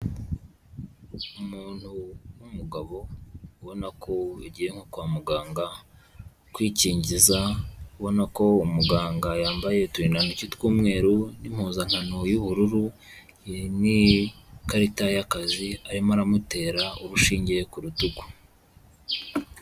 Umuntu w'umugabo ubona ko yagiye nko kwa muganga kwikingiza. Ubona ko umuganga yambaye uturindantoki tw'umweru, n'impuzankano y'ubururu, n'ikarita y'akazi. Arimo aramutera urushinge ku rutugu.